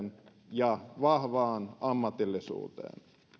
ja vahvaan ammatillisuuteen